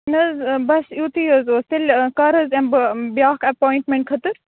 نہ حظ بس یِتُی حظ اوس تیٚلہِ کَر حظ یِمہٕ بہٕ بیاکھ اَپوینٹمٮ۪نٹ خٲطرٕ